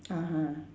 (uh huh)